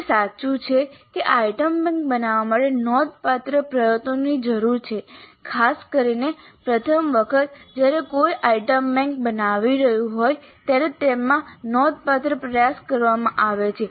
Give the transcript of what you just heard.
તે સાચું છે કે આઇટમ બેંક બનાવવા માટે નોંધપાત્ર પ્રયત્નોની જરૂર છે ખાસ કરીને પ્રથમ વખત જ્યારે કોઈ આઇટમ બેંક બનાવી રહ્યું હોય ત્યારે તેમાં નોંધપાત્ર પ્રયાસ કરવામાં આવે છે